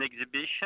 exhibition